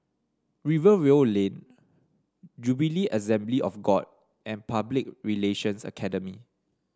Rivervale Lane Jubilee Assembly of God and Public Relations Academy